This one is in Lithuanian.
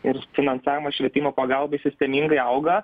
ir finansavimo švietimo pagalbai sistemingai auga